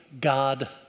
God